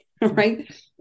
Right